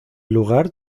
lugar